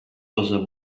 other